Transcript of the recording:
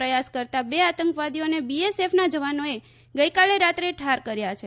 પ્રયાસ કરતા બે આતંકવાદીઓને બીએસએફના જવાનોએ ગઈકાલે રાત્રે ઠાર કર્યા છે